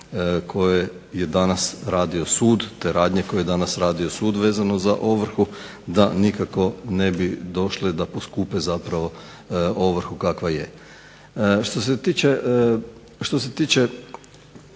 voditi računa da te usluge koje je danas radio sud vezano za ovrhu da nikako ne bi došle da poskupe zapravo ovrhu kakva je. Što se tiče